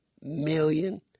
million